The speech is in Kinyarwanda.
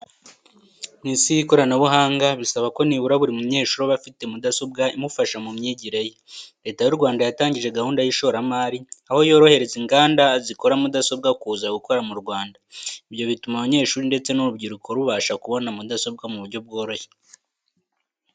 Mu Isi y'ikoranabuhanga bisaba ko nibura buri munyeshuri aba afite mudasobwa imufasha mu myigire ye. Leta y'u Rwanda yatangije gahunda y'ishoramari, aho yorohereza inganda zikora mudasobwa kuza gukorera mu Rwanda. Ibyo bituma abanyeshuri ndetse n'urubyiruko rubasha kubona mudasobwa mu buryo bworoshye.